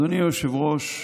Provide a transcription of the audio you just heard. אדוני היושב-ראש,